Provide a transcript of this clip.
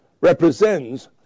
represents